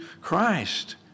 Christ